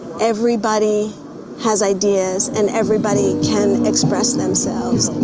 everybody has ideas and everybody can express themselves